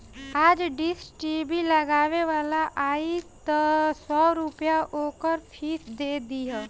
आज dish TV लगावे वाला आई तअ सौ रूपया ओकर फ़ीस दे दिहा